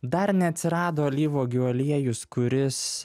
dar neatsirado alyvuogių aliejus kuris